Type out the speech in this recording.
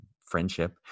friendship